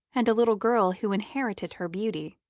and a little girl who inherited her beauty.